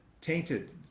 tainted